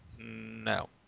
No